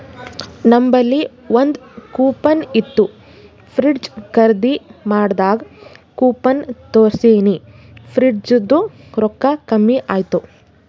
ನಂಬಲ್ಲಿ ಒಂದ್ ಕೂಪನ್ ಇತ್ತು ಫ್ರಿಡ್ಜ್ ಖರ್ದಿ ಮಾಡಾಗ್ ಕೂಪನ್ ತೋರ್ಸಿನಿ ಫ್ರಿಡ್ಜದು ರೊಕ್ಕಾ ಕಮ್ಮಿ ಆಯ್ತು